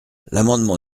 l’amendement